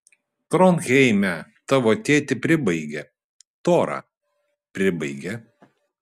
tronheime tavo tėtį pribaigė tora pribaigė